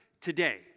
today